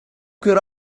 could